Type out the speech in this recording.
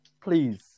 Please